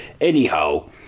Anyhow